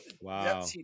Wow